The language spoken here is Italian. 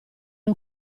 una